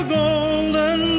golden